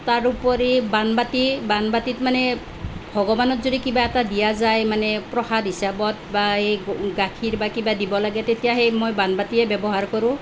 তাৰ উপৰি বানবাটি বানবাটিত মানে ভগবানক যদি কিবা এটা দিয়া যায় মানে প্ৰসাদ হিচাপত বা এই গাখীৰ বা কিবা দিব লাগে তেতিয়া সেই মই বানবাটিয়েই ব্যৱহাৰ কৰোঁ